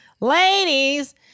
ladies